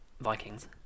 Vikings